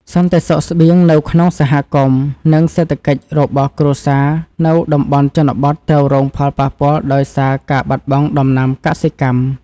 សន្តិសុខស្បៀងនៅក្នុងសហគមន៍ និងសេដ្ឋកិច្ចរបស់គ្រួសារនៅតំបន់ជនបទត្រូវរងផលប៉ះពាល់ដោយសារការបាត់បង់ដំណាំកសិកម្ម។